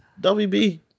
WB